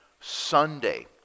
Sunday